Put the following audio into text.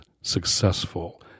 successful